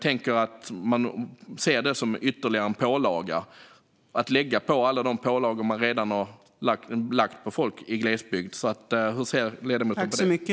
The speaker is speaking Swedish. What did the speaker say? Det kan ses som ytterligare en pålaga som läggs till alla de pålagor som redan lagts på folk i glesbygd. Hur ser ledamoten på detta?